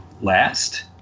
last